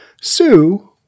sue